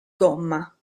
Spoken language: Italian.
gomma